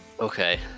Okay